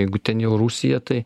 jeigu ten jau rusija tai